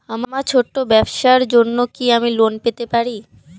আমার ছোট্ট ব্যাবসার জন্য কি আমি লোন পেতে পারি?